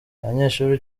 abanyeshuri